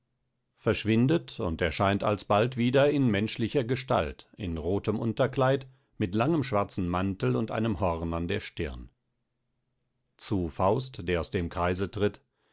verschwindet und erscheint alsbald wieder in menschlicher gestalt in rothem unterkleid mit langem schwarzen mantel und einem horn an der stirn zu faust der aus dem kreiße tritt